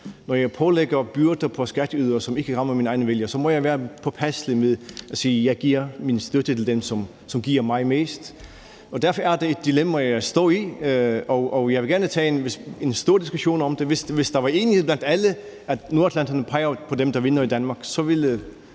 når jeg pålægger byrder på skatteydere, som ikke rammer mine egne vælgere, må jeg være påpasselig med at sige, at jeg giver min støtte til den, som giver mig mest. Og derfor er det et dilemma, jeg står i. Jeg vil gerne tage en stor diskussion om det. Hvis der var enighed blandt alle om, at nordatlanterne peger på dem, der vinder i Danmark, ville